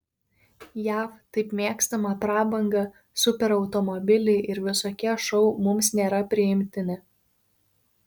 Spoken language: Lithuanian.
jav taip mėgstama prabanga superautomobiliai ir visokie šou mums nėra priimtini